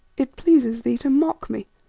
it pleases thee to mock me,